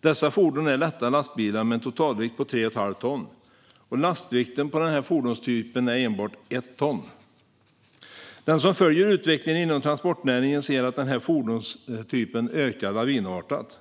Dessa fordon är lätta lastbilar med en totalvikt på 3,5 ton. Lastvikten på den här fordonstypen är enbart 1 ton. De som följer utvecklingen inom transportnäringen ser att den här fordonstypen ökar lavinartat.